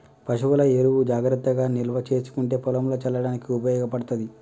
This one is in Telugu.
పశువుల ఎరువు జాగ్రత్తగా నిల్వ చేసుకుంటే పొలంల చల్లడానికి ఉపయోగపడ్తది